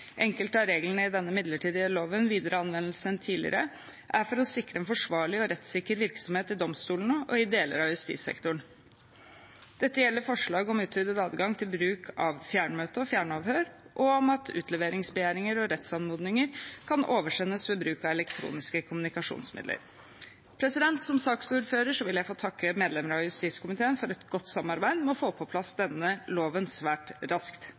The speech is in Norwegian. enkelte av reglene i denne midlertidige loven videre anvendelse enn tidligere, er for å sikre en forsvarlig og rettssikker virksomhet i domstolene og i deler av justissektoren. Dette gjelder forslag om utvidet adgang til bruk av fjernmøter og fjernavhør og om at utleveringsbegjæringer og rettsanmodninger kan oversendes ved bruk av elektroniske kommunikasjonsmidler. Som saksordfører vil jeg få takke medlemmene av justiskomiteen for et godt samarbeid om å få på plass denne loven svært raskt.